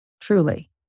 truly